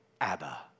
Abba